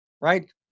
right